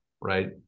right